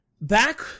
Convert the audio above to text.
back